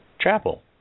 chapel